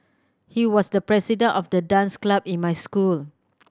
he was the president of the dance club in my school